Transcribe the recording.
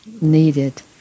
needed